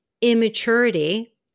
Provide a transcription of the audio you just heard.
immaturity